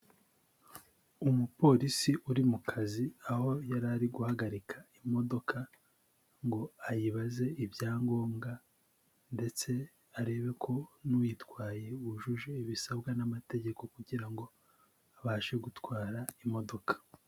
Umupolisi uri mu kazi, aho yari ari guhagarika imodoka ngo ayibaze ibyangombwa ndetse arebe ko n'uyitwaye wujuje ibisabwa n'amategeko kugira ngo abashe gutwara imodoka.